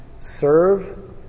Serve